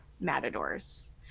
matadors